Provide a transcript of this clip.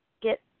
get